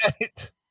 right